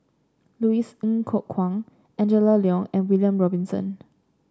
Louis Ng Kok Kwang Angela Liong and William Robinson